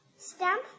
Stamp